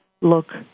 look